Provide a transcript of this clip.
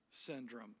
syndrome